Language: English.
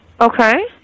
Okay